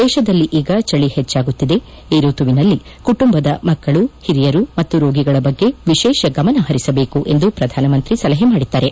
ದೇಶದಲ್ಲಿ ಈಗ ಚಳಿ ಹೆಚ್ಚಾಗುತ್ತಿದೆ ಈ ಋತುವಿನಲ್ಲಿ ಕುಟುಂಬದ ಮಕ್ಕಳು ಹಿರಿಯರ ಮತ್ತು ರೋಗಿಗಳ ಬಗ್ಗೆ ವಿಶೇಷ ಗಮನ ಹರಿಸಬೇಕು ಎಂದು ಪ್ರಧಾನಮಂತ್ರಿ ಸಲಹೆ ಮಾಡಿದ್ದಾರೆ